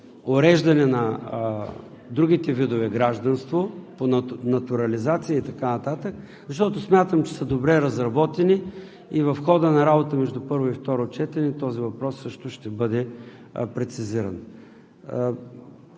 уреждане на другите видове гражданство – по натурализация и така нататък, защото, смятам, че са добре разработени и в хода на работата между първо и второ четене този въпрос също ще бъде прецизиран.